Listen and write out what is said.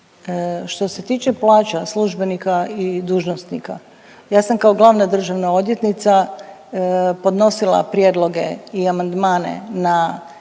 Što se tiče plaća službenika i dužnosnika, ja sam kao glavna državna odvjetnica podnosila prijedloge i amandmane na